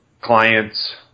clients